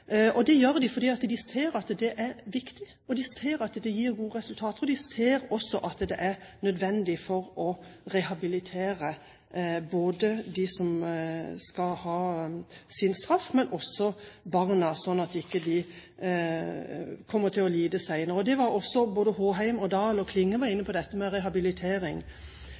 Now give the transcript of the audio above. Det gjør de fordi de ser at det er viktig, og de ser at det gir gode resultater. De ser også at det er nødvendig for å rehabilitere dem som skal ha sin straff, men også med tanke på barna, så de ikke kommer til å lide senere. Representantene Håheim, Oktay Dahl og Klinge var inne på dette med rehabilitering